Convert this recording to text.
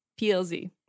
PLZ